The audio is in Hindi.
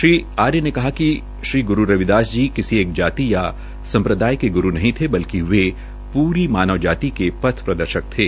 श्री आर्य ने कहा कि श्री ग्रू रविदास जी किसी एक जाति या सम्प्रदाय के ग्रू नही थे बल्कि वे पूरी मानव जाति के पथ प्रदर्शक थे